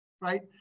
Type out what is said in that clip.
right